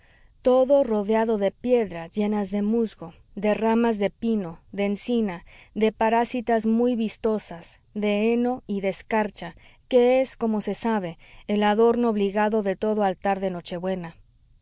todo rodeado de piedras llenas de musgo de ramas de pino de encina de parásitas muy vistosas de heno y de escarcha que es como se sabe el adorno obligado de todo altar de nochebuena